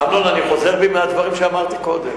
אמנון, אני חוזר בי מהדברים שאמרתי קודם...